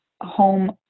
home